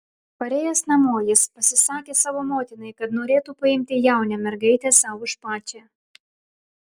parėjęs namo jis pasisakė savo motinai kad norėtų paimti jaunę mergaitę sau už pačią